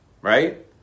right